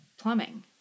Plumbing